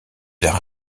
d’un